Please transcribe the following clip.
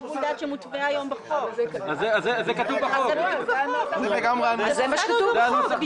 זה מה שכתוב בחוק.